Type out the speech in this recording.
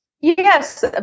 Yes